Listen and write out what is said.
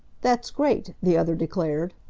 that's great, the other declared.